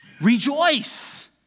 rejoice